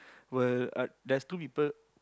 will uh there's two people